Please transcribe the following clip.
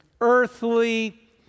earthly